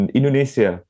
Indonesia